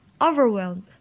overwhelmed